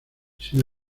sin